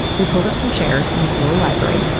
we pulled up some chairs in this little library,